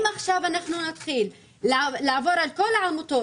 אם עכשיו נתחיל לעבור על כל העמותות